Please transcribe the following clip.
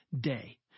day